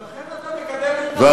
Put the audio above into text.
ולכן אתה מקדם התנחלויות.